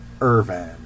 Irvin